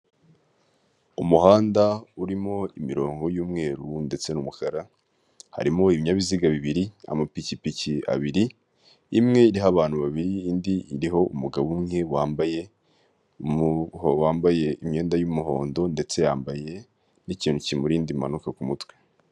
Umuhanda urimo imirongo y'umweru ndetse n'umukara, harimo ibinyabiziga bibiri, amapikipiki abiri, imwe iriho abantu babiri, indi iriho umugabo umwe wambaye imyenda y'umuhondo, ndetse yambaye n'ikintu kimurinda impanuka ku mutwe.